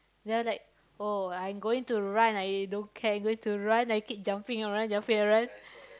then I was like oh I'm going to run I don't care I'm going to run I keep jumping around jumping around